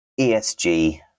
esg